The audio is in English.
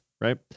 right